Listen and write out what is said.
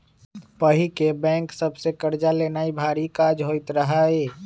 पहिके बैंक सभ से कर्जा लेनाइ भारी काज होइत रहइ